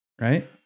Right